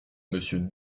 monsieur